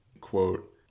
quote